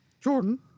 Jordan